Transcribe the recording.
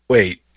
Wait